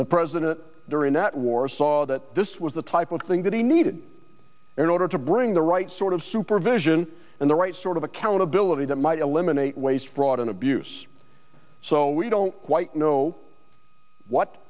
the president during that war saw that this was the type thing that he needed in order to bring the right sort of supervision and the right sort of accountability that might eliminate waste fraud and abuse so we don't quite know what